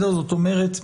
זאת אומרת,